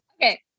Okay